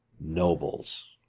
nobles